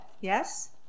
yes